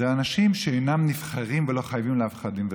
אנשים שאינם נבחרים ולא חייבים לאף אחד דין וחשבון.